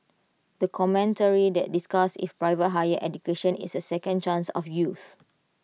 the commentary that discussed if private higher education is A second chance of youths